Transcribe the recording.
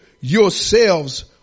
yourselves